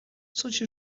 such